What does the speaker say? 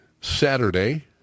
Saturday